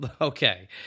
Okay